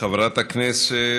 חברת הכנסת